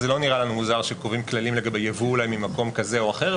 זה לא נראה לנו מוזר כשקובעים כללים לגבי ייבוא אולי ממקום כזה או אחר,